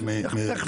אני מבקש